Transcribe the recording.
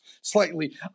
slightly